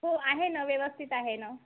हो आहे ना व्यवस्थित आहे नं